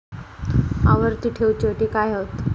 आवर्ती ठेव च्यो अटी काय हत?